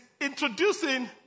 introducing